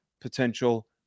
potential